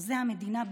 חוזה המדינה,